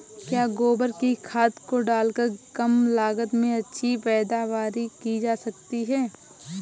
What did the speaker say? क्या गोबर की खाद को डालकर कम लागत में अच्छी पैदावारी की जा सकती है?